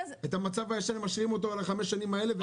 את המצב הישן הם משאירים אותו על חמש השנים האלה?